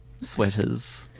sweaters